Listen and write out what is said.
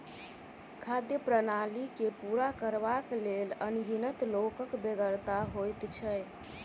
खाद्य प्रणाली के पूरा करबाक लेल अनगिनत लोकक बेगरता होइत छै